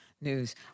News